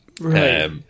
Right